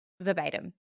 verbatim